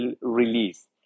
release